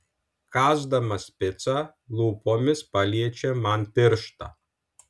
kąsdamas picą lūpomis paliečia man pirštą